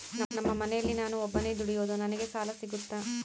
ನಮ್ಮ ಮನೆಯಲ್ಲಿ ನಾನು ಒಬ್ಬನೇ ದುಡಿಯೋದು ನನಗೆ ಸಾಲ ಸಿಗುತ್ತಾ?